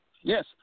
Yes